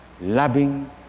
loving